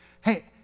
Hey